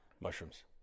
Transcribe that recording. Mushrooms